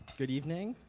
good evening.